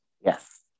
Yes